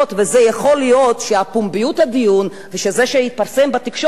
ויכול להיות שפומביות הדיון ושזה יתפרסם בתקשורת,